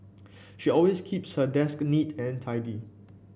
she always keeps her desk neat and tidy